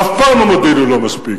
אף פעם המודיעין לא מספיק.